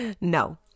No